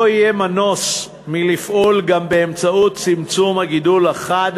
לא יהיה מנוס מלפעול גם באמצעות צמצום הגידול החד